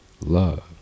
love